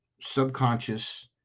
subconscious